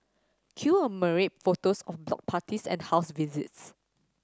cue a myriad photos of block parties and house visits